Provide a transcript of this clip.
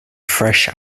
fresh